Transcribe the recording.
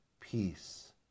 peace